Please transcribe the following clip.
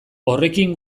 horrekin